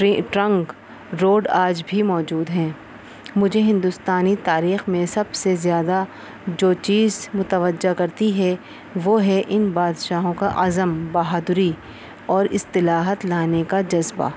trunk road آج بھی موجود ہیں مجھے ہندوستانی تاریخ میں سب سے زیادہ جو چیز متوجہ کرتی ہے وہ ہے ان بادشاہوں کا عزم بہادری اور اصطلاحت لانے کا جذبہ